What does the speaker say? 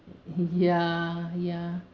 ya ya